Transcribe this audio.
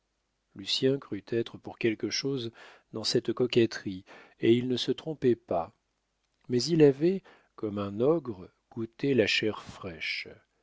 heureuse lucien crut être pour quelque chose dans cette coquetterie et il ne se trompait pas mais il avait comme un ogre goûté la chair fraîche